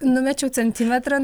numečiau centimetrą